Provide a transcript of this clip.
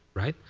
right?